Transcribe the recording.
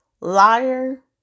liar